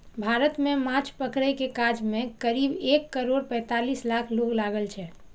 भारत मे माछ पकड़ै के काज मे करीब एक करोड़ पैंतालीस लाख लोक लागल छै